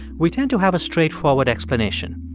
we tend to have a straightforward explanation.